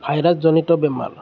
ভাইৰাছজনিত বেমাৰ